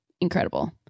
incredible